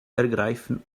ergreifen